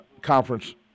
conference